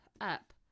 up